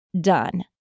done